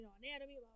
anatomy